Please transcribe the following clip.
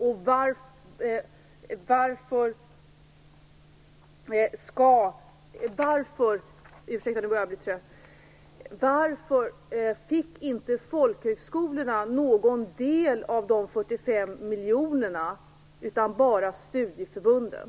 Och varför fick inte folkhögskolorna någon del av de 45 miljonerna, utan bara studieförbunden?